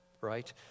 right